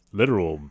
literal